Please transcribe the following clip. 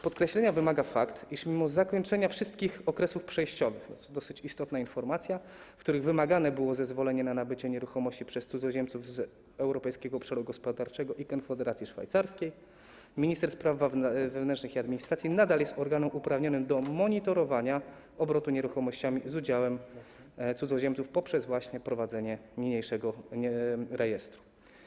Podkreślenia wymaga fakt, iż mimo zakończenia wszystkich okresów przejściowych - to dosyć istotna informacja - w których wymagane było zezwolenie na nabycie nieruchomości przez cudzoziemców z Europejskiego Obszaru Gospodarczego i Konfederacji Szwajcarskiej, minister spraw wewnętrznych i administracji nadal jest organem uprawnionym do monitorowania obrotu nieruchomościami z udziałem cudzoziemców poprzez właśnie prowadzenie niniejszego rejestru.